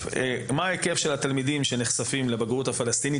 התלמידים שנחשפים לבגרות הפלסטינית